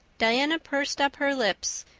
diana pursed up her lips,